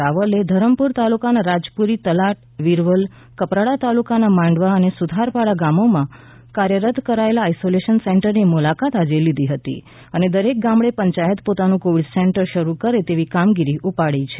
રાવલે ધરમપુર તાલુકાના રાજપુરી તલાટ અને વિરવલ કપરાડા તાલુકાના માંડવા અને સુથારપાડા ગામોમાં કાર્યરત કરાયેલા આઇસોલેશન સેન્ટરરની મુલાકાત આજે લીધી હતી અને દરેક ગામડે પંચાયત પોતાનું કોવિડ કેન્દ્ર શરૂ કરે તેવી કામગીરી ઉપાડી છે